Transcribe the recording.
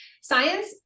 science